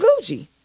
Gucci